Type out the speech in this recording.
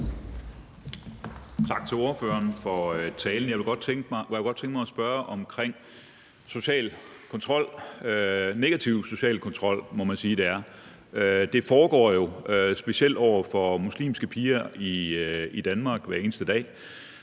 Tak til ordføreren for talen. Jeg kunne godt tænke mig at spørge til social kontrol – negativ social kontrol, må man sige det er. Det foregår jo, specielt over for muslimske piger, i Danmark hver eneste dag.